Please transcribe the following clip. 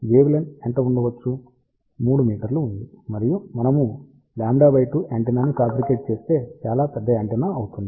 wave length ఎంత ఉండవచ్చు 3 మీటర్లు ఉంది మరియు మనము λ2 యాంటెన్నా ని ఫ్యాబ్రికేట్ చేస్తే చాలా పెద్ద యాంటెన్నా అవుతుంది